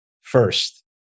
first